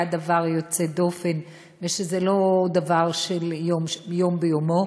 דבר יוצא דופן ושזה לא דבר של יום ביומו.